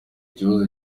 ikibazo